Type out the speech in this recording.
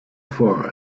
for